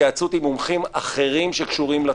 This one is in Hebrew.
התייעצות עם מומחים אחרים שקשורים לתחום.